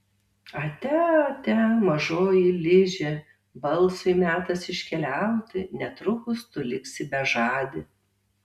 atia atia mažoji liže balsui metas iškeliauti netrukus tu liksi bežadė